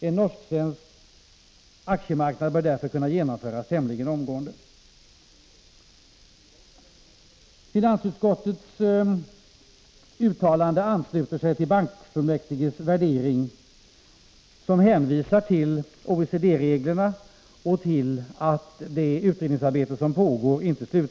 En norsk-svensk aktiemarknad bör därför kunna genomföras tämligen omgående.” Finansutskottets uttalande ansluter sig till riksbanksfullmäktiges värdering, som hänvisar till OECD-reglerna och till att det utredningsarbete som pågår inte är slutfört.